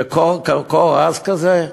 בקור עז כזה?